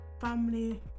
family